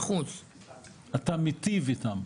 אתה מטיב איתם.